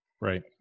Right